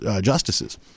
justices